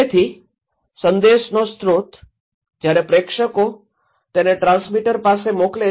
તેથી સંદેશનો સ્રોત જ્યારે પ્રેષકો તેને ટ્રાન્સમીટર પાસે મોકલે છે